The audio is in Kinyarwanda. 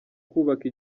kubaka